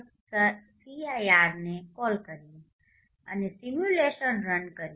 cir ને Call કરીએ અને સિમ્યુલેશન રન કરીએ